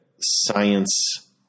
science